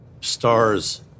stars